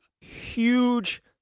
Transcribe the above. huge